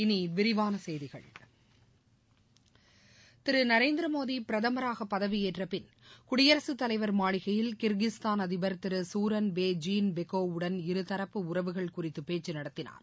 இனிவிரிவானசெய்திகள் திருநரேந்திரமோடிபிரதமராகபதவியேற்றபின் குடியரசுத் தலைவர் மாளிகையில் கிர்கிஸ்தான் அதிபர் திருகுரோன்பே ஜீன்பெக்கோவ்வுடன் இருதரப்பு உறவுகள் குறித்தபேச்சுநடத்தினார்